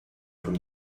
from